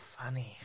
Funny